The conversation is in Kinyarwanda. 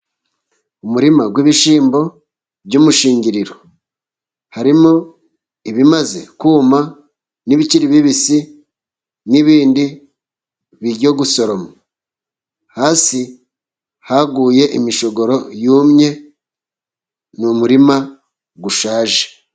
Umurima w'ibishyimbo bya mushingiriro, harimo ibimaze kuma n'ibikiri bibisi n'ibindi nibyo gusoroma hasi haguye imishogoro yumye, ni umurima ushaje.